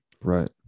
Right